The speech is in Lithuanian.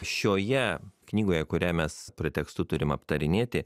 šioje knygoje kurią mes pretekstu turim aptarinėti